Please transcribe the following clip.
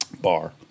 bar